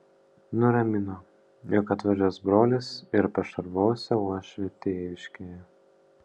nuramino jog atvažiuos brolis ir pašarvosią uošvį tėviškėje